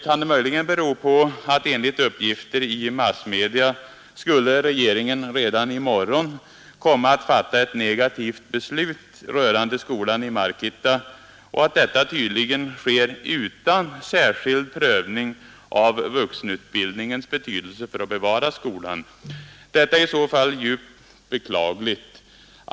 Kan det möjligen bero på att enligt uppgifter i massmedia skulle regeringen redan i morgon komma att fatta ett negativt beslut rörande skolan i Markitta och att detta tydligen sker utan särskild prövning av vuxenutbildningens betydelse för att bevara skolan? Detta är i så fall djupt beklagligt.